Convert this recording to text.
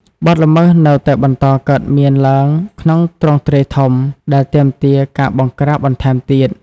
បទល្មើសនៅតែបន្តកើតមានឡើងក្នុងទ្រង់ទ្រាយធំ ដែលទាមទារការបង្ក្រាបបន្ថែមទៀត។